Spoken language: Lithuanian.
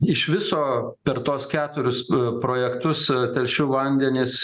iš viso per tuos keturis projektus telšių vandenys